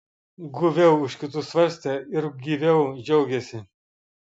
guviau už kitus svarstė ir gyviau džiaugėsi